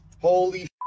Holy